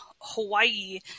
hawaii